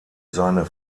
seine